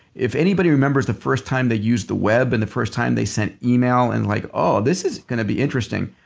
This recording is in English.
if anybody remembers the first time they used the web and the first time they send email and like, oh this is going to be interesting,